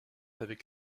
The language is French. avec